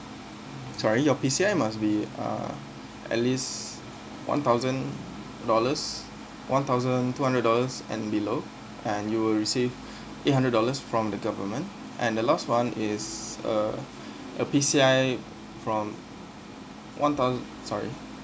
sorry your P_C_I must be uh at least one thousand dollars one thousand two hundred dollars and below and you will receive eight hundred dollars from the government and the last one is uh a P_C_I from one thousand sorry